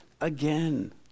again